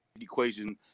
equation